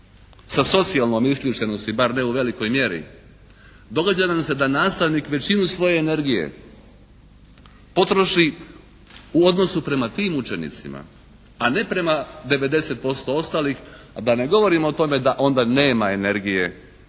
sa socijalnom isključenosti, bar ne u velikoj mjeri. Događa nam se da nastavnik većinu svoje energije potroši u odnosu prema tim učenicima, a ne prema 90% ostalih, a da ne govorim o tome da onda nema energije